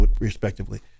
respectively